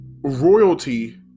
royalty